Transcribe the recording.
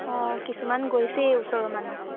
অঁ কিছুমান গৈছেই ওচৰৰ মানুহ